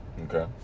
Okay